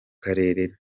karere